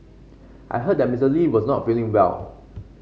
I heard that Mister Lee was not feeling well